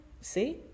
See